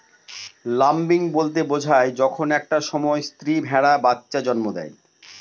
lambing বলতে বোঝায় যখন একটা সময় স্ত্রী ভেড়া বাচ্চা জন্ম দেয়